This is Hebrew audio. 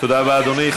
תודה רבה, אדוני.